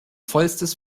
vollstes